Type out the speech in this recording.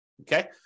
Okay